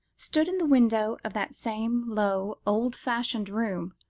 stood in the window of that same low, old-fashioned room,